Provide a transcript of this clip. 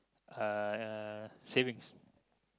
uh savings